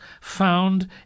found